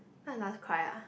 when I last cry ah